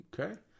Okay